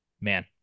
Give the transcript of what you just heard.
man